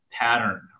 pattern